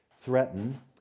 threaten